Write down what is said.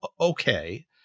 okay